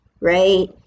right